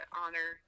honor